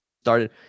started